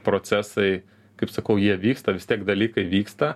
procesai kaip sakau jie vyksta vis tiek dalykai vyksta